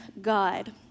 God